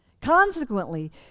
Consequently